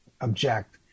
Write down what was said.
object